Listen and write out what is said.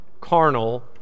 carnal